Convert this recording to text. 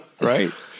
right